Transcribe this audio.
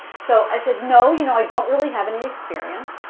so i said, no, you know i don't really have any experience,